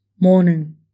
Morning